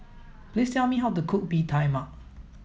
please tell me how to cook Bee Tai Mak